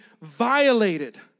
violated